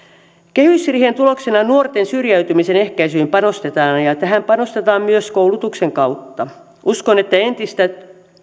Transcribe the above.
kehysriihen tuloksena nuorten syrjäytymisen ehkäisyyn panostetaan ja ja tähän panostetaan myös koulutuksen kautta uskon että entistä